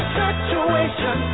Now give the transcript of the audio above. situation